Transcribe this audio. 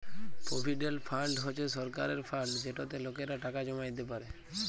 provident fund হছে সরকারের fund যেটতে লকেরা টাকা জমাইতে পারে